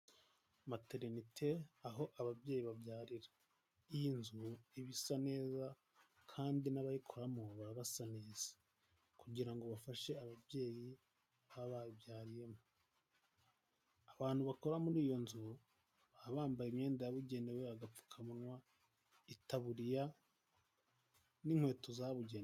Materinete aho ababyeyi babyarira. Iyi nzu iba isa neza kandi n'abayikoramo baba basa neza kugira ngo ababyeyi baba babyaye. Abantu bakora muri iyo nzu baba bambaye imyenda yabugenewe agapfukawa, itaburiya n'inkweto zabugenewe.